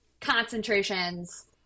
concentrations